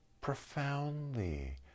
profoundly